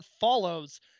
follows